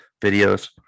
videos